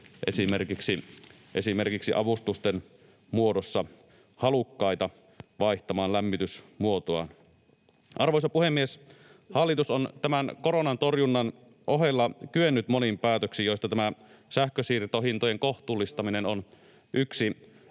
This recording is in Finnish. esimerkiksi avustusten muodossa halukkaita vaihtamaan lämmitysmuotoaan. Arvoisa puhemies! Hallitus on koronan torjunnan ohella kyennyt moniin päätöksiin, joista tämä sähkön siirtohintojen kohtuullistaminen on yksi